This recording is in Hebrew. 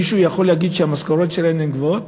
מישהו יכול להגיד שהמשכורות שלהם גבוהות?